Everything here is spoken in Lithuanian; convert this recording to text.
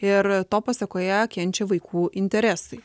ir to pasekoje kenčia vaikų interesai